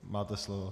Máte slovo.